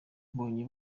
mbonye